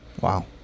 Wow